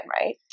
right